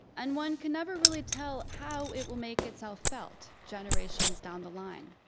and one can never really tell how it will make itself felt generations down the line.